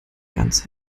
ganz